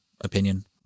opinion